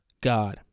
God